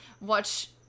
watch